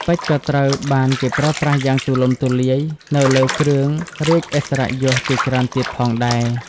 ពេជ្រក៏ត្រូវបានគេប្រើប្រាស់យ៉ាងទូលំទូលាយនៅលើគ្រឿងរាជឥស្សរិយយសជាច្រើនទៀតផងដែរ។